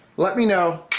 let me know,